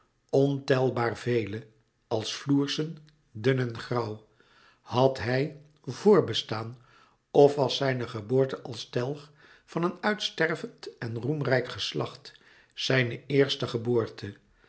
ontelbaar vele als floersen dun en grauw had hij voorbestaan of was zijne geboorte als telg van een uitstervend en roemrijk geslacht zijne éerste geboorte